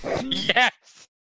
Yes